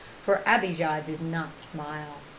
for abijah did not smile.